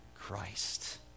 Christ